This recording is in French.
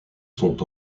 sont